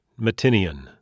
Matinian